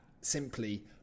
simply